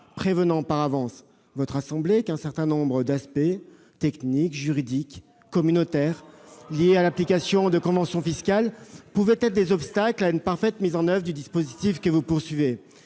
prévenant votre assemblée qu'un certain nombre d'aspects techniques, juridiques, communautaires liés à l'application des conventions fiscales pouvaient être des obstacles à une parfaite mise en oeuvre du dispositif que vous proposiez.